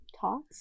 talks